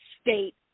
state